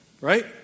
right